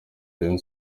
rayon